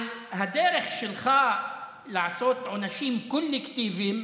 על הדרך שלך לעשות עונשים קולקטיביים,